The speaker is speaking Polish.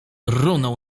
runął